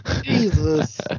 Jesus